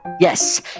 Yes